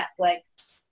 Netflix